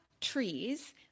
trees